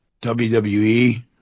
WWE